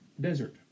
desert